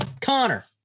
Connor